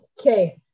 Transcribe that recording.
Okay